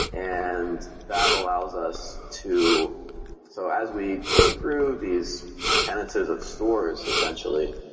and that allows us to so as we go through these sentences of stores essentially,